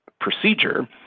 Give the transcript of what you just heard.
procedure